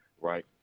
right